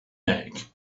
make